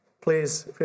please